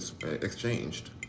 exchanged